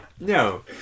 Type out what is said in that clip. No